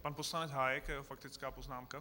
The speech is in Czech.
Pan poslanec Hájek a jeho faktická poznámka.